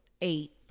eight